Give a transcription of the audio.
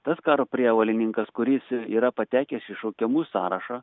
tas karo prievolininkas kuris yra patekęs į šaukiamųjų sąrašą